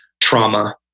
trauma